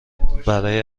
برای